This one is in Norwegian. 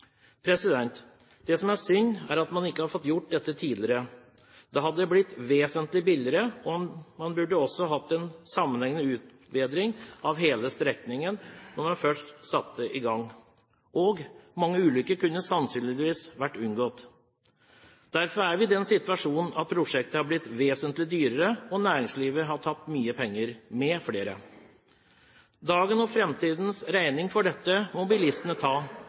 Det som er synd, er at man ikke har fått gjort dette tidligere. Det hadde blitt vesentlig billigere, og man burde også hatt en sammenhengende utbedring av hele strekningen når man først satte i gang. Og: Mange ulykker kunne sannsynligvis ha vært unngått. Derfor er vi i den situasjonen at prosjektet er blitt vesentlig dyrere, og næringslivet m.fl. har tapt mye penger. Dagens og framtidens regning for dette må bilistene ta.